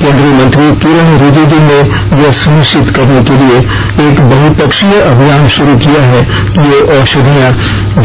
केन्द्रीय मंत्री किरेन रिजिजू ने यह सुनिश्चित करने के लिए एक बहुपक्षीय अभियान शुरू किया कि ये औषधियां